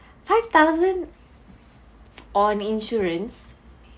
five thousand on insurance